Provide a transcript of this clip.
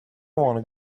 want